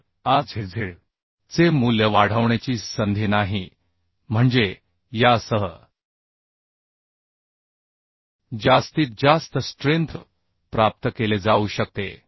तर Rzz चे मूल्य वाढवण्याची संधी नाही म्हणजे यासह जास्तीत जास्त स्ट्रेंथ प्राप्त केले जाऊ शकते